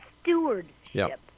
stewardship